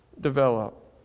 develop